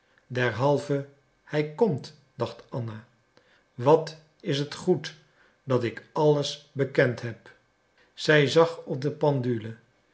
derhalve hij komt dacht anna wat is het goed dat ik alles bekend heb zij zag op de